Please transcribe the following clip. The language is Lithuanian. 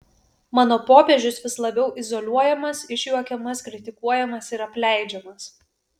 mano popiežius vis labiau izoliuojamas išjuokiamas kritikuojamas ir apleidžiamas